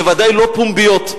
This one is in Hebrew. בוודאי לא פומביות.